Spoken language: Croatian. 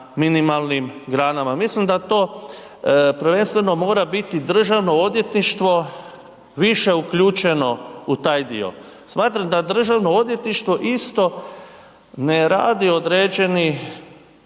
minimalnim granama. Mislim da to prvenstveno mora biti državno odvjetništvo više uključeno u taj dio. Smatram da državno odvjetništvo isto ne radi određeni